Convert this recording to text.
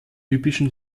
typischen